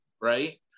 right